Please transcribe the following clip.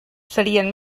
serien